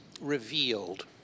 revealed